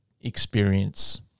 experience